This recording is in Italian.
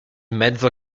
mezzo